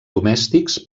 domèstics